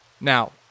Now